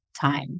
time